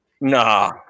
Nah